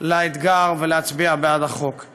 לאתגר ולהצביע בעד הצעת החוק.